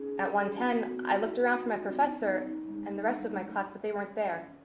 at one ten, i looked around for my professor and the rest of my class but they weren't there.